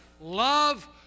love